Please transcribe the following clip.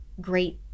great